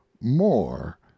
more